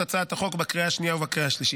הצעת החוק בקריאה השנייה ובקריאה השלישית.